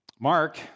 Mark